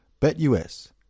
BetUS